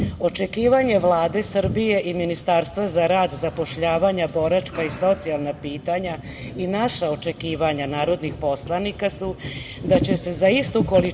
Republike Srbije i Ministarstva za rad, zapošljavanje, boračka i socijalna pitanja i naša očekivanja narodnih poslanika su da će se za istu količinu